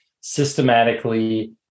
systematically